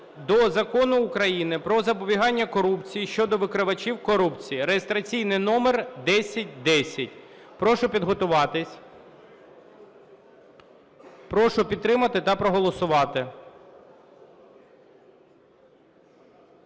до Закону України "Про запобігання корупції" щодо викривачів корупції (реєстраційний номер 1010). Прошу підготуватись. Прошу підтримати та проголосувати.